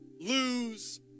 lose